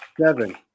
Seven